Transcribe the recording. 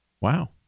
wow